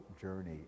journey